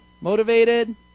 Motivated